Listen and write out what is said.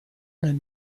nel